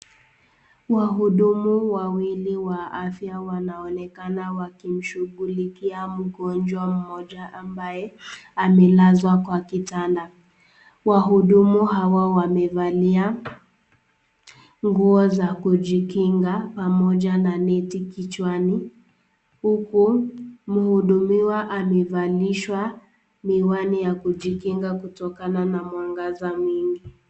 Wahudumu wawili wa afya wanaonekana wakimshughulikia mgonjwa mmoja ambaye amelazwa kwa kitanda. Wahudumu hawa wamevalia nguo za kujikinga pamoja na neti kichwani huku mhudumiwa amevalishwa miwani ya kujikinga kutokana na mwanganza mingi.